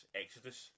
exodus